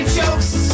jokes